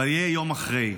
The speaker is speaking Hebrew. אבל יהיה יום אחרי,